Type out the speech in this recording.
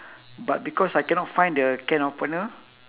but because I cannot find the can opener